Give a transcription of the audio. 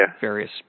various